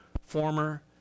former